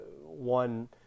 one –